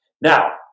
Now